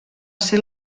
ser